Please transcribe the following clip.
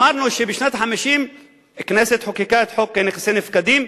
אמרנו שבשנת 1950 הכנסת חוקקה את חוק נכסי הנפקדים,